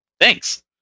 thanks